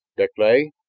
deklay?